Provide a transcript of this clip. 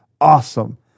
awesome